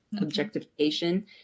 objectification